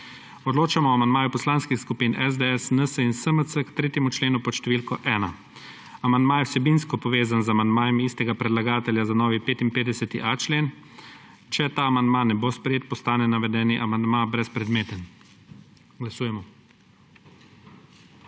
Odločamo o amandmaju poslanskih skupin SDS, NSi in SMC k 3. členu pod število ena. Amandma je vsebinsko povezan z amandmajem istega predlagatelja za novi 55.a člen. Če ta amandma ne bo sprejet, postane navedeni amandma brezpredmeten. Glasujemo.